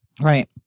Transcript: right